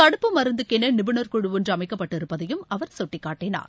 தடுப்பு மருந்துக்கென நிபுணர்குழு ஒன்று அமைக்கப்பட்டிருப்பதையும் அவர் சுட்டிக்காட்டினார்